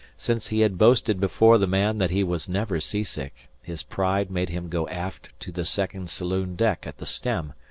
since he had boasted before the man that he was never seasick, his pride made him go aft to the second-saloon deck at the stern,